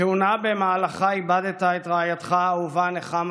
כהונה שבמהלכה איבדת את רעייתך האהובה נחמה,